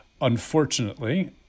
Unfortunately